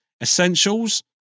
Essentials